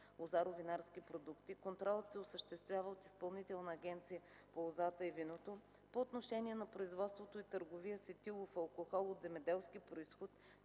лозаро-винарски продукти, контролът се осъществява от Изпълнителната агенция по лозата и виното, по отношение на производството и търговията с етилов алкохол от земеделски произход,